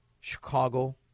Chicago